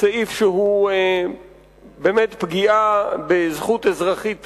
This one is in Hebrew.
סעיף שהוא באמת פגיעה בזכות אזרחית בסיסית.